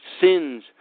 sins